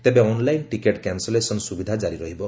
ତେବେ online ticket cancellation ସୁବିଧା କାରି ରହିବ